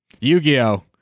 Yu-Gi-Oh